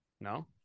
no